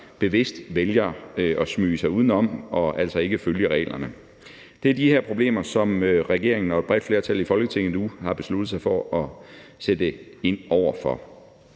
bevidst vælger at smyge sig udenom og altså ikke at følge reglerne. Det er de problemer, som regeringen og et bredt flertal i Folketinget nu har besluttet sig for at sætte ind over for.